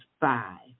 five